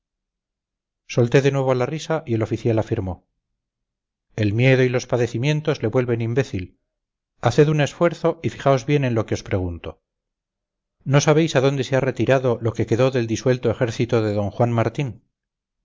solté de nuevo la risa y el oficial afirmó el miedo y los padecimientos le vuelven imbécil haced un esfuerzo y fijaos bien en lo que os pregunto no sabéis a dónde se ha retirado lo que quedó del disuelto ejército de don juan martín